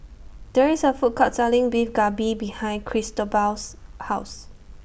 There IS A Food Court Selling Beef Galbi behind Cristobal's House